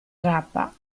rapa